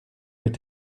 mit